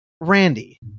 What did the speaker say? Randy